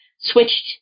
switched